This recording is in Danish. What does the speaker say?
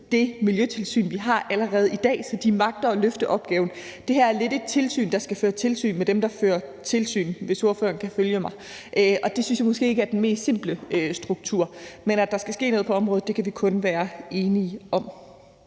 det miljøtilsyn, vi allerede har i dag, så de magter at løfte opgaven. Det her er lidt et tilsyn, der skal føre tilsyn med dem, der fører tilsyn, hvis forslagsstilleren kan følge mig, og det synes jeg måske ikke er den mest simple struktur, men at der skal ske noget på området, kan vi kun være enige om.